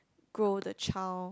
grow the child